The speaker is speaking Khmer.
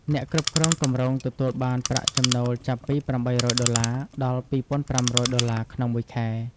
អ្នកគ្រប់គ្រងគម្រោងទទួលបានប្រាក់ចំណូលចាប់ពី ៨០០ ដុល្លារ ដល់ ២,៥០០ ដុល្លារ ក្នុងមួយខែ។